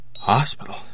Hospital